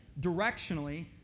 directionally